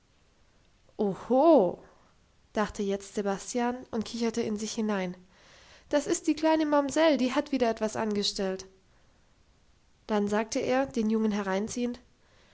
dachte jetzt sebastian und kicherte in sich hinein das ist die kleine mamsell die hat wieder etwas angestellt dann sagte er den jungen hereinziehend